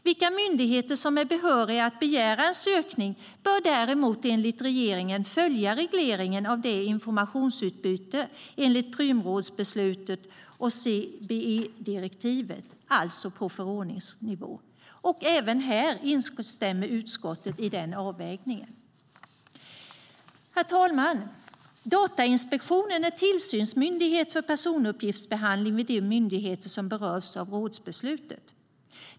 Vilka myndigheter som ska vara behöriga att begära en sökning bör däremot enligt regeringen följa regleringen av informationsutbyte enligt Prümrådsbeslutet och CBE-direktivet, alltså på förordningsnivå. Även här instämmer utskottet i den avvägningen. Herr talman! Datainspektionen är tillsynsmyndighet för personuppgiftsbehandling vid de myndigheter som berörs av rådsbeslutet.